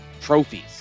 trophies